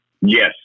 Yes